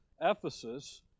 Ephesus